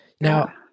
Now